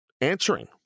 answering